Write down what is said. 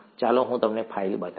ચાલો હું તમને તે ફાઇલ બતાવું